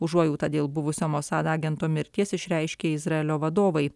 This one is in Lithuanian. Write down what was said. užuojautą dėl buvusio mosad agento mirties išreiškė izraelio vadovai